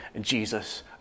Jesus